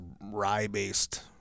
rye-based